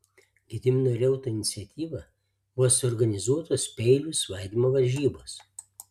gedimino reuto iniciatyva buvo suorganizuotos peilių svaidymo varžybos